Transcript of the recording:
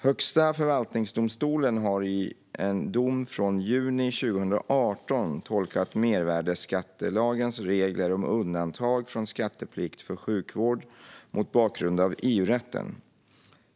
Högsta förvaltningsdomstolen har i en dom från juni 2018 tolkat mervärdesskattelagens regler om undantag från skatteplikt för sjukvård mot bakgrund av EU-rätten.